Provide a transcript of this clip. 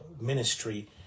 ministry